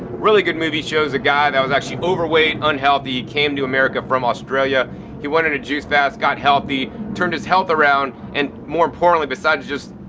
really good movie, shows a guy that was actually overweight, unhealthy, came to america from australia he went on a juice fast, got healthy, turned his health around and more importantly besides just,